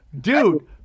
dude-